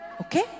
Okay